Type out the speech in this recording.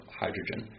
hydrogen